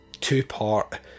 two-part